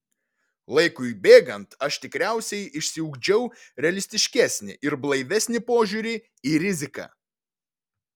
laikui bėgant aš tikriausiai išsiugdžiau realistiškesnį ir blaivesnį požiūrį į riziką